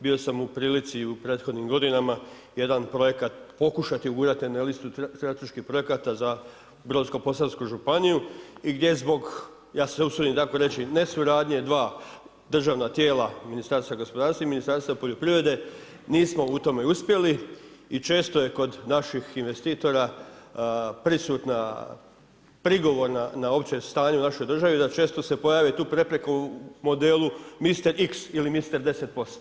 Bio sam u prilici i u prethodnim godinama jedan projekat pokušati ugurati na listu strateških projekata za Brodsko-posavsku županiju i gdje zbog, ja se usudim tako reći, ne suradnje dva državna tijela Ministarstva gospodarstva i Ministarstva poljoprivrede nismo u tome uspjeli i često je kod naših investitora prisutna prigovor na opće stanje u našoj državi da često se pojave tu prepreke u modelu mister X ili mister 10%